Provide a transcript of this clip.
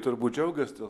turbūt džiaugias